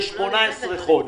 ל-18 חודשים,